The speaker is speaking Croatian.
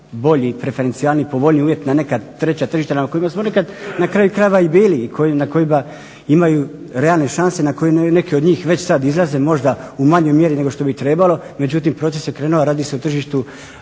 bolji preferencijalniji, povoljniji uvjet na neka treća tržišta na kojima smo nekad na kraju krajeva i bili i na kojima imamo realne šanse i na koji na neki od njih već sada izlaze možda u manjoj mjeri nego što bi trebalo. Međutim proces je krenu a radi se o tržištu